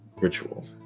ritual